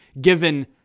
given